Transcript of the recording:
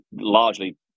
largely